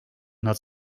nad